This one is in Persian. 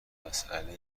مسئله